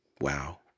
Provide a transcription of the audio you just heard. Wow